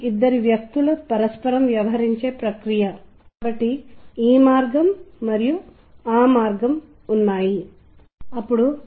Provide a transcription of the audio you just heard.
ఉదాహరణకు ఈ కంపెనీలు మీకు ముందే అమర్చిన రింగ్టోన్లను అందించినప్పుడు